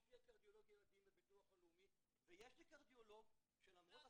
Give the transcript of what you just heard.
או שיהיה קרדיולוג ילדים בביטוח לאומי ויש לי קרדיולוג --- לא,